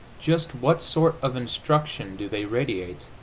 just what sort of instruction do they radiate,